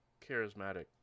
charismatic